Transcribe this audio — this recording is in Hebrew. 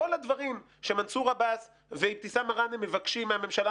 כל הדברים שמנסור עבאס ואבתיסאם מראענה מבקשים מהממשלה